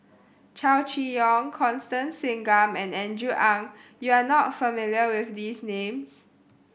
Chow Chee Yong Constance Singam and Andrew Ang you are not familiar with these names